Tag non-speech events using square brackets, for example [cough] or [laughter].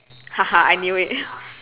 [laughs] I knew it